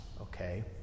okay